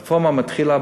הרפורמה מתחילה